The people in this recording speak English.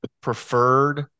preferred